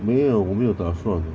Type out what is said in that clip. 没有我没有打算